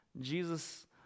Jesus